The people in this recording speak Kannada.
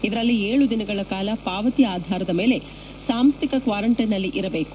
ಇದರಲ್ಲಿ ಏಳು ದಿನಗಳ ಕಾಲ ಪಾವತಿ ಆಧಾರದ ಮೇಲೆ ಸಾಂಸ್ಡಿಕ ಕ್ವಾರಂಟೈನ್ನಲ್ಲಿ ಇರಬೇಕು